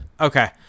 Okay